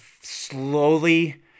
slowly